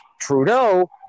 Trudeau